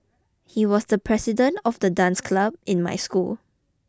he was the president of the dance club in my school